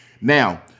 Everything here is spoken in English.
Now